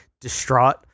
distraught